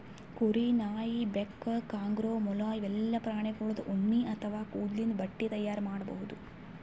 ಕುರಿ, ನಾಯಿ, ಬೆಕ್ಕ, ಕಾಂಗರೂ, ಮೊಲ ಇವೆಲ್ಲಾ ಪ್ರಾಣಿಗೋಳ್ದು ಉಣ್ಣಿ ಅಥವಾ ಕೂದಲಿಂದ್ ಬಟ್ಟಿ ತೈಯಾರ್ ಮಾಡ್ಬಹುದ್